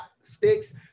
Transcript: sticks